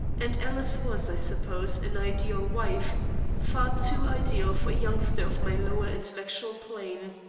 and alice was, i suppose, an ideal wife far too ideal for a youngster of my lower intellectual plane.